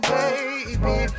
baby